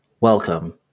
Welcome